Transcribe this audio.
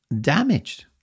damaged